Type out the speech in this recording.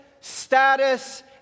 status